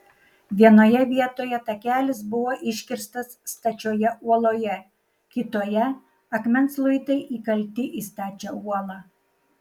vienoje vietoje takelis buvo iškirstas stačioje uoloje kitoje akmens luitai įkalti į stačią uolą